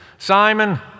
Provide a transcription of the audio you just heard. Simon